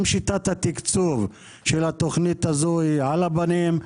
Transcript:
גם שיטת התקצוב של התוכנית הזו היא על הפנים.